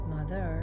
Mother